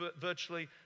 virtually